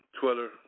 Twitter